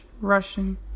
Russian